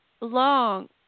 long